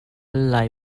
lai